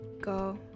go